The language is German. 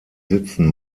sitzen